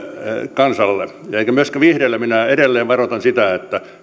kansalle ja myös vihreitä minä edelleen varoitan että